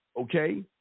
okay